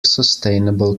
sustainable